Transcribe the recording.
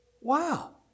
wow